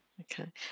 Okay